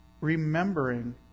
Remembering